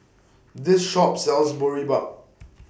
This Shop sells Boribap